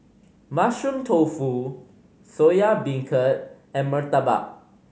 Mushroom Tofu Soya Beancurd and murtabak